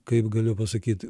kaip galiu pasakyt